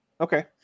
Okay